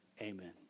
Amen